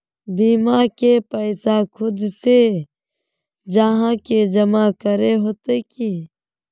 बीमा के पैसा खुद से जाहा के जमा करे होते की?